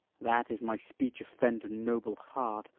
that, if my speech offend a noble heart,